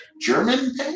German